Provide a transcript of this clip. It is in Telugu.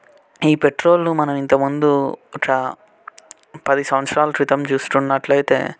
ఈ పెట్రోల్ను మనం ఇంతకు ముందు ఒక పది సంవత్సరాల క్రితం చూసుకున్నట్లయితే